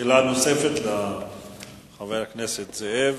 שאלה נוספת לחבר הכנסת זאב.